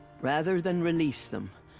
rather than release them.